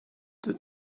the